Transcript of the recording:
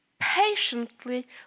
patiently